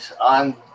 on